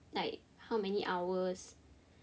like how many hours